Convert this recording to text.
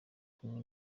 kumwe